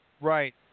right